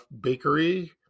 bakery